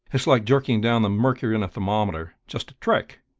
it's like jerking down the mercury in a thermometer just a trick.